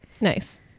nice